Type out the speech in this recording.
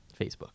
Facebook